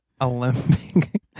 Olympic